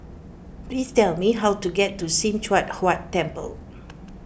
please tell me how to get to Sim Choon Huat Temple